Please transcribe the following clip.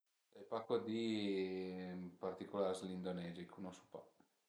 Sai pa co di ën particular dë l'Indonesia, i cunosu pa